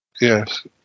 yes